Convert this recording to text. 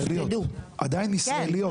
עדיין ישראליות.